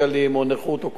או כל דבר אחר,